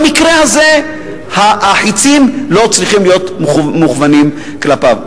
במקרה הזה החצים לא צריכים להיות מכוונים כלפיו.